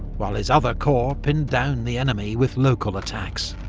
while his other corps pinned down the enemy with local attacks.